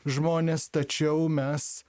žmonės tačiau mes